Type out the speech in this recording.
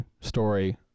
story